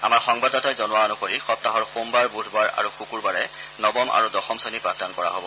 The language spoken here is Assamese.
আমাৰ সংবাদদাতাই জনোৱা অনুসৰি সপ্তাহৰ সোমবাৰ বুধবাৰ আৰু শুকুৰবাৰে নৱম আৰু দশম শ্ৰেণীৰ পাঠদান কৰা হ'ব